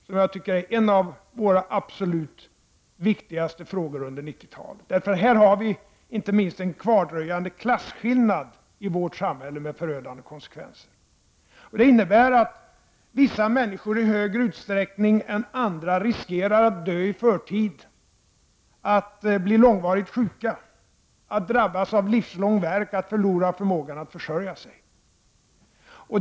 Jag tycker att det är en av våra absolut viktigaste frågor under 90-talet. Här har vi inte minst en kvardröjande klasskillnad i vårt samhälle med förödande konsekvenser. Det innebär att vissa människor i högre utsträckning än andra riskerar att dö i förtid, att bli långvarigt sjuka, att drabbas av livslång värk, att förlora förmågan att försörja sig.